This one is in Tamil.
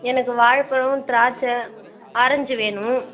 எனக்கு வாழைப்பழம் திராட்சை ஆரஞ்சு வேணும்